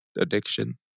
addiction